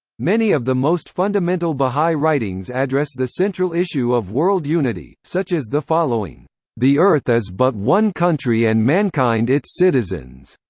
many of the most fundamental baha'i writings address the central issue of world unity, such as the following the earth is but one country and mankind its citizens.